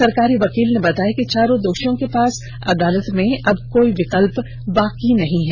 सरकारी वकील ने बताया कि चारों दोषियों के पास अदालत में अब कोई विकल्प बाकी नहीं है